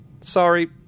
Sorry